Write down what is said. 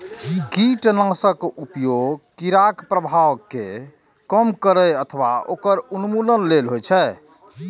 कीटनाशक के उपयोग कीड़ाक प्रभाव कें कम करै अथवा ओकर उन्मूलन लेल होइ छै